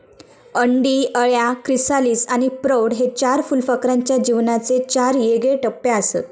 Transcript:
अंडी, अळ्या, क्रिसालिस आणि प्रौढ हे चार फुलपाखराच्या जीवनाचे चार येगळे टप्पेआसत